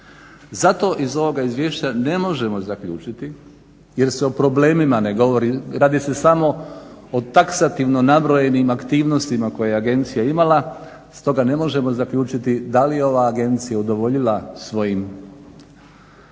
Zato iz ovoga izvješća ne možemo zaključiti jer se o problemima ne govori radi se samo o taksativno nabrojenim aktivnostima koje je agencija imala, stoga ne možemo zaključiti da li je ova agencija udovoljila svojim, našim